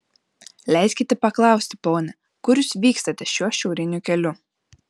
leiskite paklausti pone kur jūs vykstate šiuo šiauriniu keliu